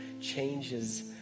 changes